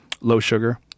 low-sugar